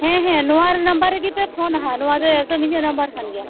ᱦᱮᱸ ᱦᱮᱸ ᱱᱚᱣᱟ ᱱᱟᱢᱵᱟᱨ ᱨᱮᱜᱮ ᱯᱮ ᱯᱷᱳᱱᱟ ᱱᱟᱦᱟᱜ ᱱᱚᱣᱟ ᱫᱚ ᱮᱠᱫᱚᱢ ᱤᱧᱟᱹᱜ ᱱᱟᱢᱵᱟᱨ ᱠᱟᱱ ᱜᱮᱭᱟ